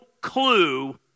clue